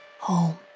Home